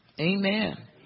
Amen